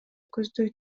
көздөй